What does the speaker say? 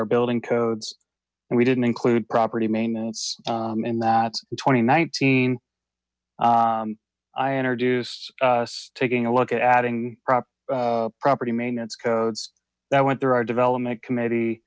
our building codes we didn't include property maintenance in that twenty nineteen i introduced us taking a look adding proper property maintenance codes that went through our development committee